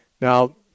Now